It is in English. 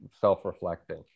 self-reflecting